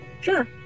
Sure